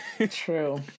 True